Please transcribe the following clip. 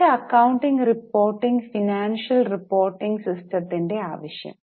മികച്ച accounting reporting financial reporting സിസ്റ്റത്തിന്റെ ആവശ്യം